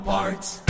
Parts